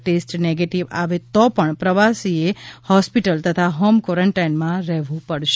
test negative આવે તો પણ પ્રવાસીએ હોસ્પિટલ તથા હોમ ક્વોરેન્ટાઈનમાં રહેવું પડશે